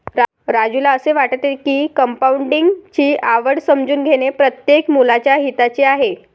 राजूला असे वाटते की कंपाऊंडिंग ची आवड समजून घेणे प्रत्येक मुलाच्या हिताचे आहे